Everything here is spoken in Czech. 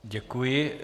Děkuji.